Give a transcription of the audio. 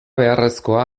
beharrezkoa